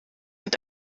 und